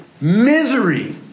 misery